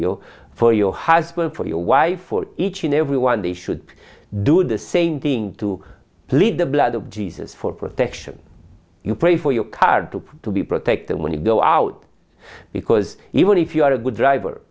you for your husband for your wife for each and every one they should do the same thing to please the blood of jesus for protection you pray for your card to be protected when you go out because even if you are a good driver